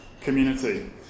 community